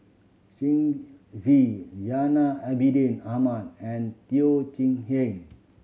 Shen Xi Zainal Abidin Ahmad and Teo Chee Hean